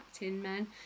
men